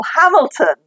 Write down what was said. Hamilton